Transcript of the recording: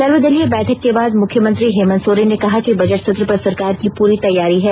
सर्वदलीय बैठक के बाद मुख्यमंत्री हेमंत सोरेन ने कहा कि बजट सत्र पर सरकार की पूरी तैयारी है